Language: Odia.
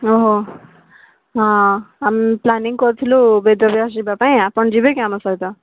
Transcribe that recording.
ଓହୋ ହଁ ଆମେ ପ୍ଳାନିଙ୍ଗ୍ କରିଥିଲୁ ବେଦବ୍ୟାସ ଯିବା ପାଇଁ ଆପଣ ଯିବେ କି ଆମ ସହିତ